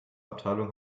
abteilung